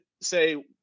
say